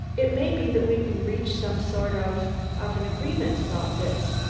it may be that we can reach some sort of of an agreement about this,